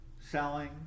selling